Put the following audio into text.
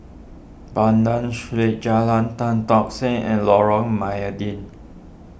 Banda Street Jalan Tan Tock Seng and Lorong Mydin